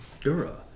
Dura